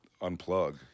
unplug